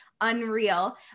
unreal